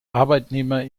arbeitnehmer